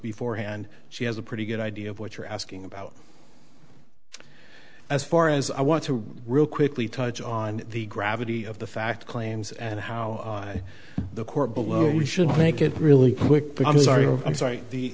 before hand she has a pretty good idea of what you're asking about as far as i want to really quickly touch on the gravity of the fact claims and how the court below we should make it really quick but i'm sorry i'm sorry